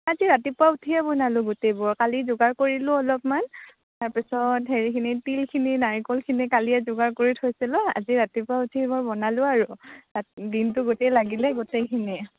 আজি ৰাতিপুৱা উঠিয়েই বনালোঁ গোটেইবোৰ কালি যোগাৰ কৰিলোঁ অলপমান তাৰ পাছত হেৰিখিনি তিলখিনি নাৰিকলখিনি কালিয়েই যোগাৰ কৰি থৈছিলোঁ আজি ৰাতিপুৱা উঠি বনালোঁ আৰু ৰাত দিনটো গোটেই লাগিলে গোটেইখিনি